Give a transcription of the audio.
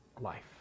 life